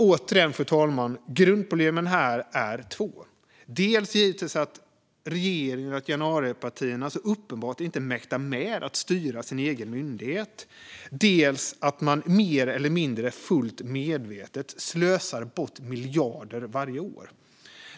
Återigen, fru talman, är grundproblemen här två, dels givetvis att regeringen och januaripartierna så uppenbart inte mäktar med att styra sin egen myndighet, dels att man mer eller mindre fullt medvetet slösar bort miljarder varje år.